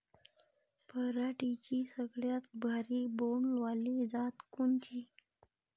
पराटीची सगळ्यात भारी बोंड वाली जात कोनची?